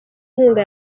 nkunga